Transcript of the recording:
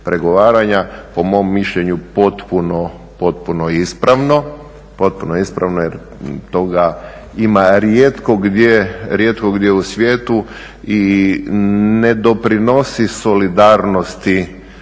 Po mom mišljenju potpuno ispravno jer toga ima rijetko gdje u svijetu i ne doprinosi solidarnosti